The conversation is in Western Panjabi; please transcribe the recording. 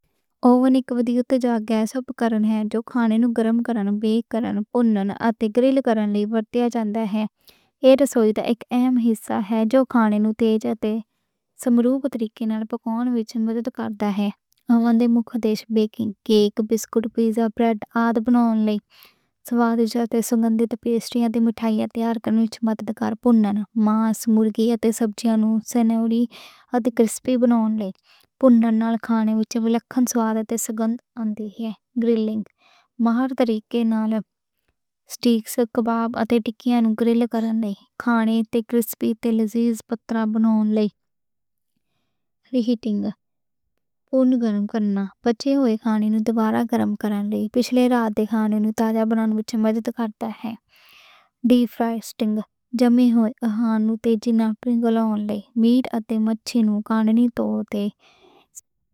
اوون اک ڈیوائس او پکارن ہن جو کھانے نوں گرم کرنا، بیک کرنا، گرل کرنا اتے بروئل کرنا لئی ورتیا جاندا اے۔ ایہ رسوئی دا اک اہم حصہ اے۔ اوون دا مقصد کھانے نوں صحیح طریقے نال پکاؤن وچ مدد کرنا اے۔ اوون دے مکھ ادیش baking, cake, biscuit, pizza, bread آد بناؤن لئی ہن۔ روسٹنگ تے بیکڈ مٹھائیاں، پاسٹا، ماس، مرغا اتے سبزیاں نوں سنہری تے کرِسپی بناؤن لئی۔ اوون نال کھانیاں وچ وکھرا سُواد تے خوشبو آندی اے۔ گرِلنگ نال سٹیک، کباب اتے ٹکیاں نوں گرل کرنا لئی۔ کھانے تے کرِسپی تے لذیذ پرت بناؤن لئی بروئلنگ وی ورتی جاندی اے۔ ری ہیٹنگ لئی، پچھلا کھانا دوبارہ گرم کرنا، بچیا کھانا دوبارہ مزےدار بناؤن لئی۔ ایر فرائنگ سیٹنگ نال گھٹ تیل نال میٹ اتے مچھّی نوں اوون وچ کرِسپی بناؤن لئی۔